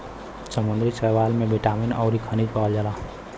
समुंदरी शैवाल में बिटामिन अउरी खनिज पावल जाला